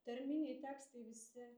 tarminiai tekstai visi